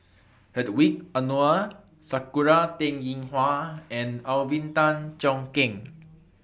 Hedwig Anuar Sakura Teng Ying Hua and Alvin Tan Cheong Kheng